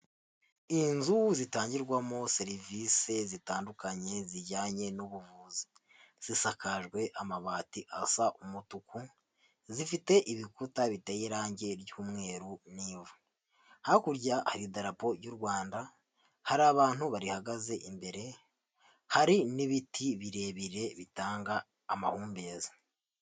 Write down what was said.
Inzu zitangirwamo serivisi zitandukanye zijyanye n'ubuvuzi zisakajwe amabati asa umutuku zifite ibikuta biteye irangi ry'umweru n'ivu hakurya hari idarapo ry'u Rwanda hari abantu babiri bahagaze imbere hari n'ibiti birebire bitanga amahumbezi.